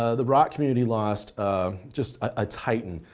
ah the rock community lost just a titan,